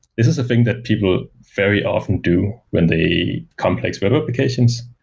this is a thing that people very often do when they complex web applications.